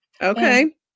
okay